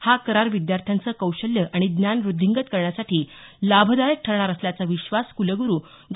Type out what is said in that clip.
हा करार विद्यार्थ्यांचं कौशल्य आणि ज्ञान व्रध्दीगंत करण्यासाठी लाभदायक ठरणार असल्याचा विश्वास कुलगुरु डॉ